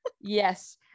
yes